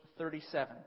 37